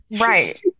Right